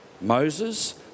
Moses